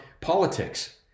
politics